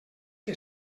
que